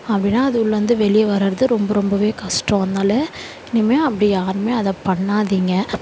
அப்படின்னா அது உள்ளிருந்து வெளியே வர்றர்து ரொம்ப ரொம்பவே கஷ்டம் அதனால இனிமேல் அப்படி யாருமே அதை பண்ணாதீங்க